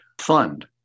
fund